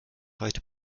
heute